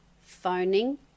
phoning